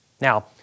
Now